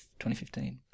2015